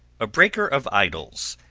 a breaker of idols,